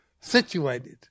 situated